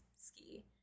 ski